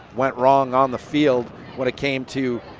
went wrong on the field when it came to